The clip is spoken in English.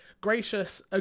gracious